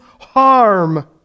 harm